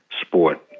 sport